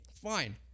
Fine